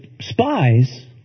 spies